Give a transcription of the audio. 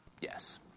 Yes